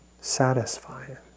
satisfying